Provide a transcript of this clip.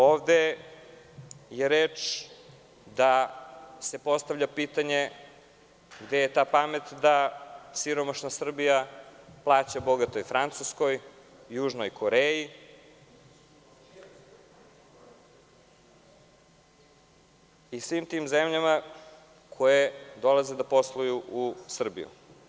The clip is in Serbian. Ovde je reč o tome da se postavlja pitanje – gde je ta pamet da siromašna Srbija plaća bogatoj Francuskoj, Južnoj Koreji i svim tim zemljama koje dolaze da posluju u Srbiju?